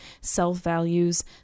self-values